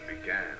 began